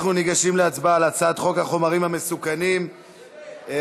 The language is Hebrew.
אנחנו ניגשים להצבעה על הצעת חוק החומרים המסוכנים (תיקון,